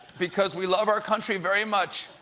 because we love our country very much,